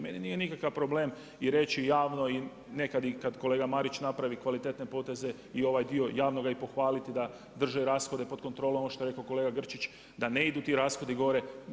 Meni nije nikakav problem i reći javno i nekad kad kolega Marić napravi kvalitetne poteze i ovaj dio javnoga i pohvaliti da drži rashode pod kontrolom, ono što je rekao kolega Grčić, da ne idu ti rashodi gore.